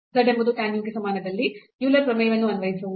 z ಎಂಬುದು tan u ಗೆ ಸಮಾನದಲ್ಲಿ ಯೂಲರ್ ಪ್ರಮೇಯವನ್ನು ಅನ್ವಯಿಸುವುದು